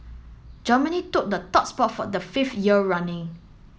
Germany took the top spot for the fifth year running